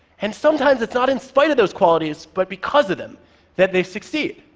and sometimes, it's not in spite of those qualities but because of them that they succeed.